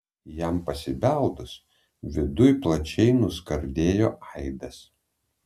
jam pasibeldus viduj plačiai nuskardėjo aidas